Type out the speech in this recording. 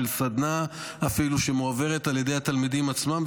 אפילו של סדנה שמועברת על ידי התלמידים עצמם,